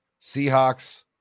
Seahawks